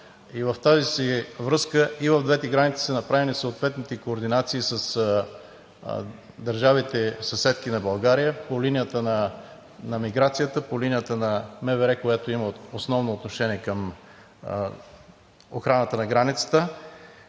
В тази връзка и в двете граници са направени съответните координации с държавите съседки на България по линията на миграцията, по линията на МВР, което има основно отношение към охраната на границата.